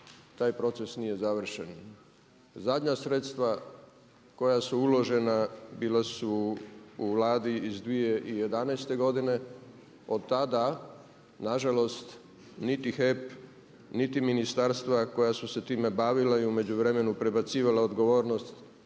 taj proces nije završen. Zadnja sredstva koja su uložena bila su u Vladi iz 2011. godine, od tada nažalost niti HEP niti ministarstva koja su se time bavila i u međuvremenu prebacivala odgovornost